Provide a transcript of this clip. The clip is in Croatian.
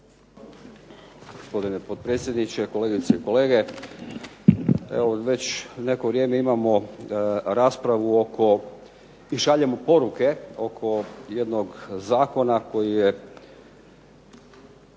Gospodine potpredsjedniče, kolegice i kolege. Evo već neko vrijeme imamo raspravu i šaljemo poruke oko jednog zakona koji je